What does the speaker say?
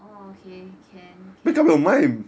orh okay can can